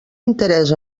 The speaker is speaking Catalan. interès